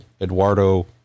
Eduardo